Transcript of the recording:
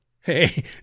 hey